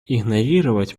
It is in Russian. игнорировать